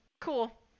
Cool